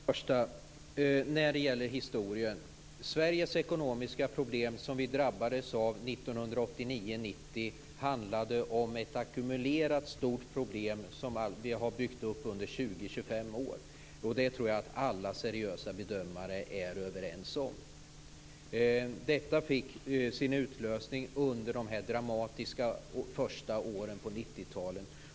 Fru talman! Först och främst skall jag när det gäller historien säga att de ekonomiska problem som Sverige drabbades av 1989-1990 handlade om ett ackumulerat stort problem som vi hade byggt upp under 20-25 år. Och det tror jag att alla seriösa bedömare är överens om. Detta utlöstes under dessa dramatiska första åren på 90-talet.